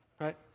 Right